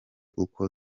uko